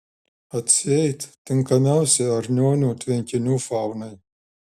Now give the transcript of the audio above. atseit tinkamiausi arnionių tvenkinių faunai